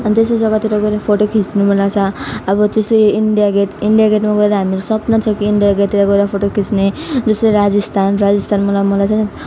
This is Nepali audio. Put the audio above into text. अनि त्यस्तो जग्गातिर गएर फोटो खिच्नु मनलाग्छ अब त्यसरी इन्डिया गेट इन्डिया गेटमा गएर हामीहरू सपना छ कि इन्डिया गेटतिर गएर फोटो खिच्ने जसरी राजस्थान राजस्थान मलाई मलाई चाहिँ